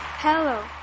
Hello